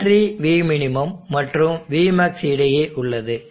battery vmin மற்றும் vmaxஇடையே உள்ளது